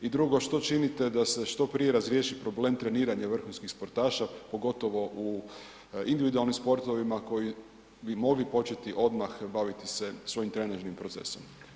I drugo, što činite da se što prije razriješi problem treniranja vrhunskih sportaša, pogotovo u individualnim sportovima koji bi mogli početi odmah baviti se svojim trenežnim procesom?